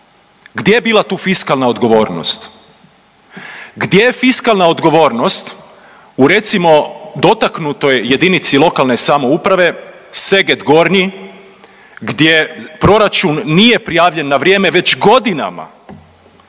Gdje je tu bila fiskalna odgovornost? Gdje je fiskalna odgovornost u recimo dotaknutoj jedinici lokalne samouprave Seget Gornji gdje proračun nije prijavljen na vrijeme već godinama?